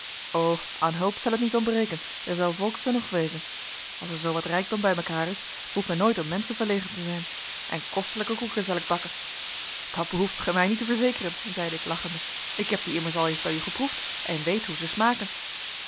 o an hulp zel het niet ontbreken er zel volks enoeg wezen als er zoo wat rijkdom bij mekaar is hoeft men nooit om menschen verlegen te zijn en kostelijke koeken zel ik bakken dat beloof ik je dat behoeft gij mij niet te verzekeren zeide ik lachende ik heb die immers al eens bij u geproefd en weet hoe ze smaken